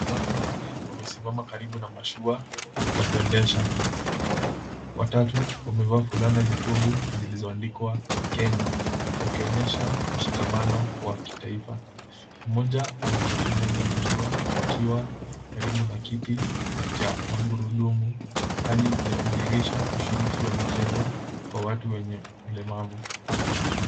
Watu wanne wamesimama karibu na mashua ya kuendesha. Watatu wamevaa fulana nyekundu zilizoandikwa, Kenya, wakionyesha mshikamano wa kitaifa. Mmoja ameketi ndani ya mashua akiwa karibu na kiti cha magurudumu, hali inayodhihirisha ushiriki wa michezo kwa watu wenye ulemavu.